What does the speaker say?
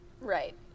Right